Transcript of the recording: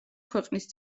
ქვეყნის